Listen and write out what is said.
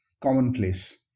commonplace